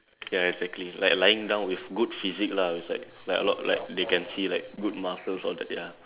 ya exactly like lying down with good physic lah with like like a lot like they can see like good muscles all that ya